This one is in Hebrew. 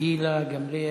גילה גמליאל,